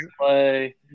play